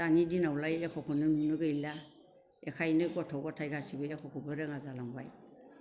दानि दिनावलाय एख'खौनो नुनो गैला एखायनो गथ' गथाय गासिबो एख'खौबो रोङा जालांबाय